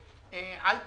שנית, על פניו,